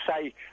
say